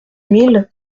mille